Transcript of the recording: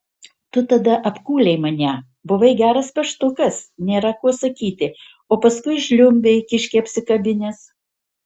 tu tada apkūlei mane buvai geras peštukas nėra ko sakyti o paskui žliumbei kiškį apsikabinęs